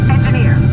Engineer